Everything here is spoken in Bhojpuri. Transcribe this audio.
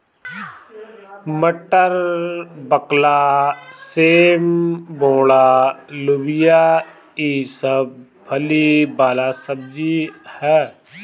मटर, बकला, सेम, बोड़ा, लोबिया ई सब फली वाला सब्जी ह